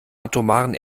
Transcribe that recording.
atomaren